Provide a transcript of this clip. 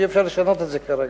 שאי-אפשר לשנות את זה כרגע.